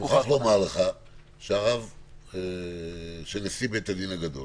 אני מוכרח לומר לך שנשיא בית-הדין הגדול